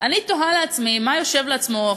אני תוהה לעצמי מה חושב